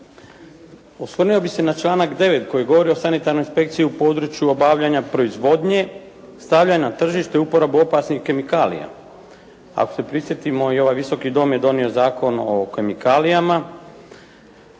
Osvrnuo bih se na članak 9. koji govori o sanitarnoj inspekciji u području obavljanja proizvodnje, stavljanja na tržište i uporabu opasnih kemikalija. Ako se prisjetimo i ovaj Visoki dom je donio Zakon o kemikalijama,